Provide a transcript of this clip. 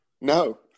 No